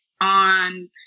on